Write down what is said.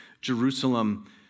Jerusalem